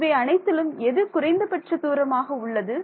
இவை அனைத்திலும் எது குறைந்த பட்ச தூரமாக உள்ளது